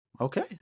Okay